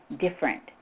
different